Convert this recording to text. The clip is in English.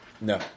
No